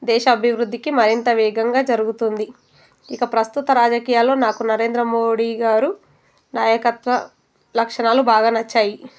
దేశ అభివృద్ధికి మరింత వేగంగా జరుగుతుంది ఇక ప్రస్తుత రాజకీయాల్లో నాకు నరేంద్ర మోడీ గారు నాయకత్వ లక్షణాలు బాగా నచ్చాయి